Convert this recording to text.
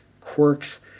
quirks